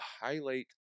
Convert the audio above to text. highlight